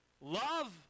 love